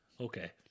okay